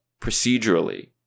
procedurally